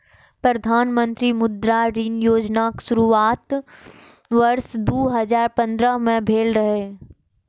प्रधानमंत्री मुद्रा ऋण योजनाक शुरुआत वर्ष दू हजार पंद्रह में भेल रहै